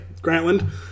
grantland